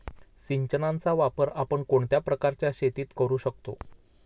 सिंचनाचा वापर आपण कोणत्या प्रकारच्या शेतीत करू शकतो?